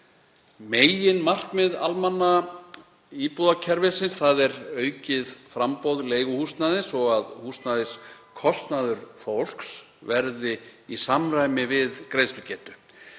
Meginmarkmið almenna íbúðakerfisins er aukið framboð leiguhúsnæðis og að húsnæðiskostnaður fólks verði í samræmi við greiðslugetu.